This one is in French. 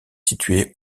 située